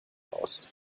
aus